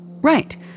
Right